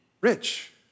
rich